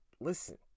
listen